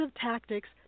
tactics